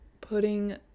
putting